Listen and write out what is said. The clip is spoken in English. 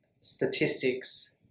statistics